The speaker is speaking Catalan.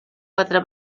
quatre